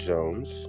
Jones